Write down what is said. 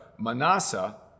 Manasseh